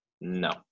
No